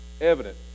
evident